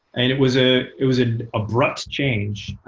and it was ah it was an abrupt change.